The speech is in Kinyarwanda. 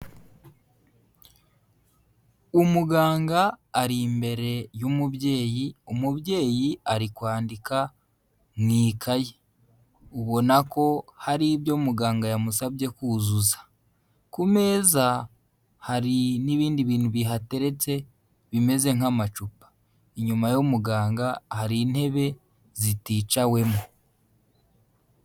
Umuganga ari imbere y'umubyeyi, umubyeyi ari kwandika mu ikaye. Ubona ko hari ibyo muganga yamusabye kuzuza. Ku meza hari n'ibindi bintu bihateretse bimeze nk'amacupa. Inyuma y'umuganga hari intebe ziticawemo.